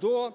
до